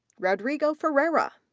rodrigo ferreira,